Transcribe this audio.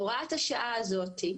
הוראת השעה הזאתי,